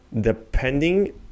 Depending